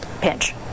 pinch